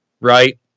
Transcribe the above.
right